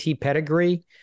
pedigree